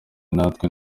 natwe